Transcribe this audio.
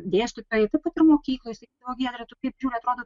dėstytojai taip pat ir mokyklose o giedre tu kaip žiūri atrodo